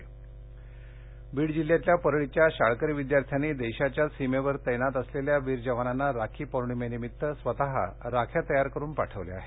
राखी बीड जिल्ह्यातल्या परळीच्या शाळकरी विद्यार्थ्यांनी देशाच्या सीमेवर तैनात असलेल्या वीर जवानांना राखी पौर्णिमेनिमित्त स्वतः राख्या तयार करून पाठवल्या आहेत